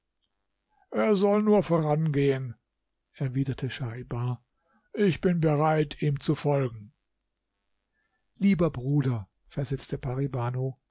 er soll nur vorangehen erwiderte schaibar ich bin bereit ihm zu folgen lieber bruder versetzte pari